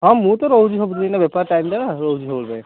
ହଁ ମୁଁ ତ ରହୁଛି ସବୁଦିନ ବେପାର ଟାଇମ୍ ନା ରହୁଛି ସବୁବେଳେ